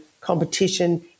competition